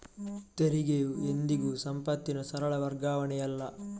ತೆರಿಗೆಯು ಎಂದಿಗೂ ಸಂಪತ್ತಿನ ಸರಳ ವರ್ಗಾವಣೆಯಲ್ಲ